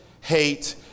hate